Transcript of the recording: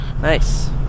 nice